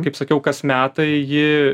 kaip sakiau kas metai ji